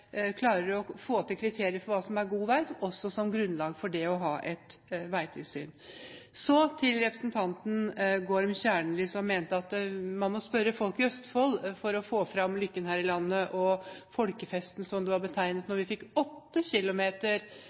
klarer å få til kriterier for hva som er god vei – også som grunnlag for det å ha et veitilsyn. Så til representanten Gorm Kjernli, som mente at man måtte spørre folk i Østfold for å få fram lykken her i landet, og folkefest var betegnelsen da vi fikk åtte